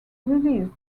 released